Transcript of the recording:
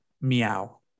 meow